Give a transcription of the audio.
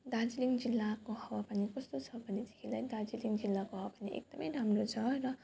दार्जिलिङ जिल्लाको हावा पानी कस्तो छ भनेदेखिलाई दार्जिलिङ जिल्लाको हावा पानी एकदम राम्रो छ र